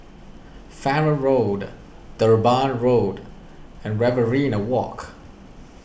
Farrer Road Durban Road and Riverina Walk